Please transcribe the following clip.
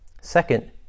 Second